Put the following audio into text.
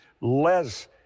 Less